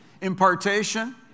Impartation